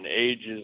ages